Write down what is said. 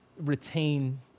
retain